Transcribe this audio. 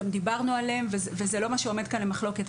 גם דיברנו עליהם וזה לא מה שעומד כאן למחלוקת.